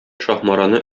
шаһмараны